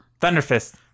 Thunderfist